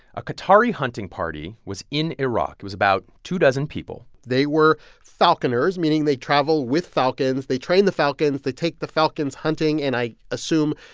a qatari hunting party was in iraq. it was about two dozen people they were falconers, meaning they travel with falcons. they train the falcons. they take the falcons hunting and, i assume,